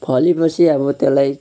फलेपछि अब त्यसलाई